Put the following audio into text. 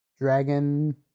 Dragon